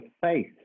faith